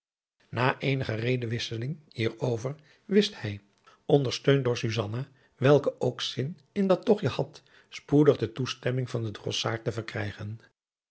na eenige redewisseling hier over wist hij ondersteund door susanna welke ook zin in dat togtje had spoedig de toestemming adriaan loosjes pzn het leven van hillegonda buisman van den drossaard te verkrijgen